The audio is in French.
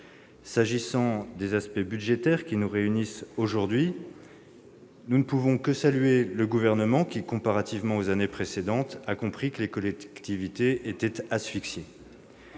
réciproque. Les aspects budgétaires nous réunissent aujourd'hui. Nous ne pouvons que saluer le Gouvernement, qui, comparativement aux années précédentes, a compris que les collectivités étaient asphyxiées.